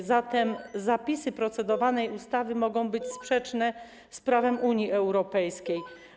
A zatem zapisy procedowanej ustawy mogą być sprzeczne z prawem Unii Europejskiej.